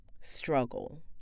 struggle